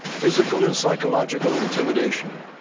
physical and psychological intimidation.